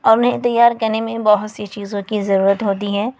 اور انہیں تیار کرنے میں بہت سی چیزوں کی ضرورت ہوتی ہے